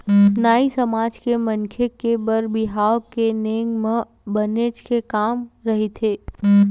नाई समाज के मनखे के बर बिहाव के नेंग म बनेच के काम रहिथे